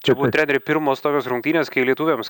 čia buvo treneri pirmos tokios rungtynės kai lietuviams